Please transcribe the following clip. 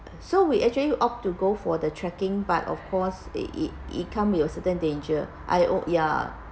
so we actually opt to go for the trekking but of course it it it come with a certain danger I oh ya